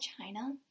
China